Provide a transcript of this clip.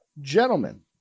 Gentlemen